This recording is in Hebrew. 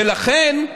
ולכן,